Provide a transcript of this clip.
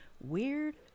weird